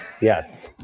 yes